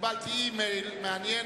קיבלתי אימייל מעניין,